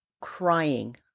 crying